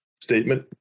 statement